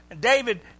David